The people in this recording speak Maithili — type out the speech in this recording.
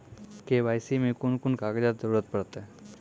के.वाई.सी मे कून कून कागजक जरूरत परतै?